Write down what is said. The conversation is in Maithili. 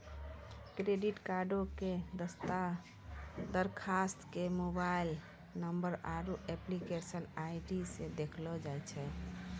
क्रेडिट कार्डो के दरखास्त के मोबाइल नंबर आरु एप्लीकेशन आई.डी से देखलो जाय सकै छै